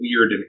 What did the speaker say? weird